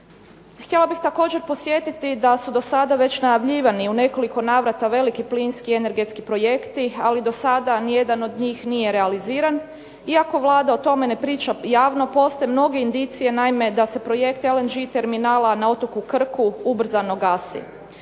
Htjela bih također podsjetiti da su do sada najavljivani u nekoliko navrata veliki plinski energetski projekti, ali do sada nijedan od njih nije realiziran. Iako Vlada o tome ne priča javno, postoje mnoge indicije naime da se projekt LNG terminala na otoku Krku ubrzano gasi.